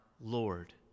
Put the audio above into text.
Lord